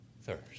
thirst